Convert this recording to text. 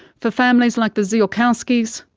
for families like the ziolkowskis,